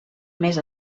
més